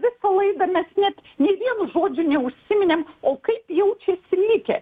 visą laidą mes net nei vienu žodžiu neužsiminėm o kaip jaučiasi likę